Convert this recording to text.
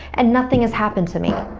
and nothing has happened to me.